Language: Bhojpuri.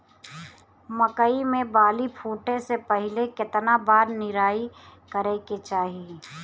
मकई मे बाली फूटे से पहिले केतना बार निराई करे के चाही?